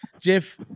Jeff